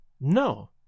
No